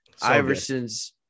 Iversons